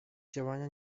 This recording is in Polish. działania